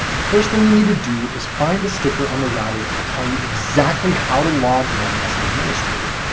the first thing you need to do is find the sticker on the router that will tell you exactly how to log in as an administrator.